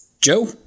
Joe